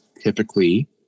typically